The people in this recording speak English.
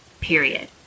period